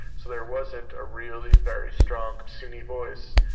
so there wasn't a really very strong sunni voice.